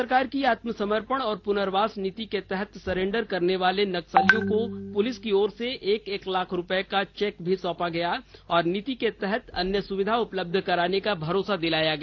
राज्य सरकार की आत्मसमर्पण और पुनर्वास नीति के तहत सरेंडर करने वाले नक्सलियों को पुलिस की ओर से एक एक लाख रुपये का चेक भी सौंपा और नीति के तहत अन्य सुविधा उपलब्ध कराने का भरोसा दिलाया गया